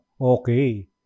Okay